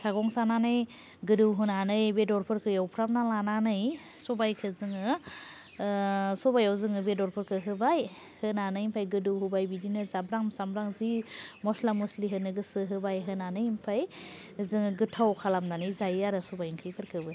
सागं सानानै गोदौ होनानै बेदरफोरखौ एवफ्रामना लानानै सबायखौ जोङो सबाइयाव जोङो बेदरफोरखौ होबाय होनानै ओमफ्राय गोदौ होबाय बिदिनो जाब्राम सामब्राम जि म'स्ला म'स्लि होनो गोसो होबाय होनानै ओमफ्राय जोङो गोथाव खालामनानै जायो आरो सबाय ओंख्रि फोरखौबो